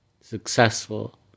successful